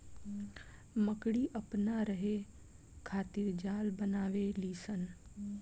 मकड़ी अपना रहे खातिर जाल बनावे ली स